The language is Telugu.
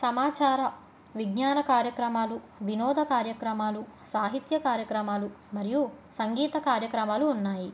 సమాచార విజ్ఞాన కార్యక్రమాలు వినోద కార్యక్రమాలు సాహిత్య కార్యక్రమాలు మరియు సంగీత కార్యక్రమాలు ఉన్నాయి